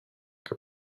que